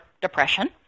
depression